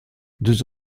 deux